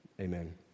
amen